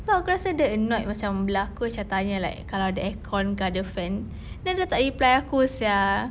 so aku rasa dia annoyed macam bila aku macam tanya like kalau ada aircon ke ada fan then dia tak reply aku sia